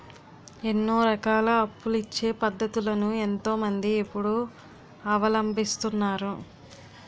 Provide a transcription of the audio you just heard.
ఎన్నో రకాల అప్పులిచ్చే పద్ధతులను ఎంతో మంది ఇప్పుడు అవలంబిస్తున్నారు